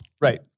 Right